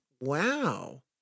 Wow